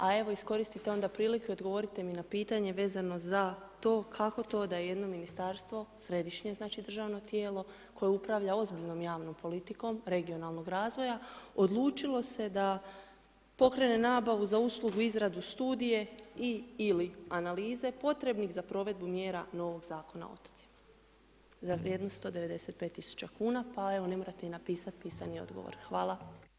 A evo iskoristite onda priliku i odgovorite mi na pitanje vezano za to, kako to da jedno ministarstvo središnje znači državno tijelo koje upravlja ozbiljnom javnom politikom regionalnog razvoja, odlučilo se da pokrene nabavu za uslugu izradu studije i/ili analize potrebnih za provedbu mjera novog Zakona o otocima, za vrijednost od 195.000 kuna, pa evo ne morate ni napisat pisani odgovor.